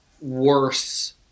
Worse